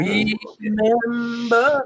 Remember